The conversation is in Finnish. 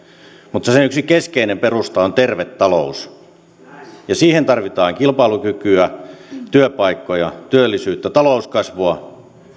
mutta sen yksi keskeinen perusta on terve talous siihen tarvitaan kilpailukykyä työpaikkoja työllisyyttä talouskasvua